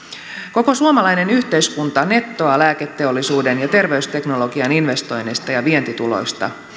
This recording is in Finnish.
koko suomalainen yhteiskunta nettoaa lääketeollisuuden ja terveysteknologian investoinneista ja vientituloista